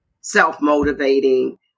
self-motivating